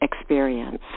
experience